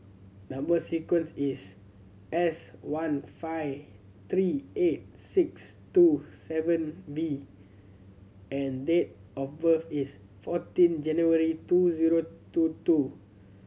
number sequence is S one five three eight six two seven V and date of birth is fourteen January two zero two two